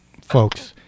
folks